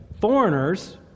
foreigners